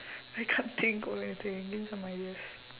I can't think of anything give me some ideas